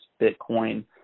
bitcoin